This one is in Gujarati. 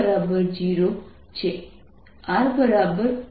તેથી તે મને c0 આપે છે